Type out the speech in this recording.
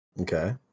Okay